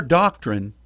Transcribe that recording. doctrine